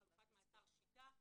חלופת מעצר 'שיטה'.